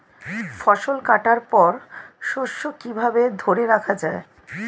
ফসল কাটার পর শস্য কিভাবে ধরে রাখা য়ায়?